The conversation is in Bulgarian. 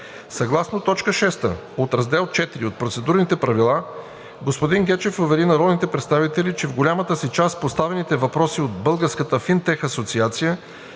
Съгласно т. 6, от Раздел IV от процедурните правила господин Румен Гечев увери народните представители, че в голямата си част поставените въпроси от Българската финтех асоциация